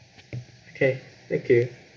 okay okay